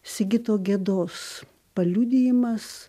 sigito gedos paliudijimas